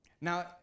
Now